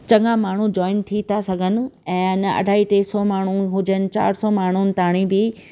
चङा माण्हू जॉइन थी था सघनि ऐं अञा अढ़ाई टे सौ माण्हू हुजनि चारि सौ माण्हू ताईं बि